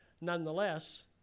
Nonetheless